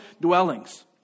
dwellings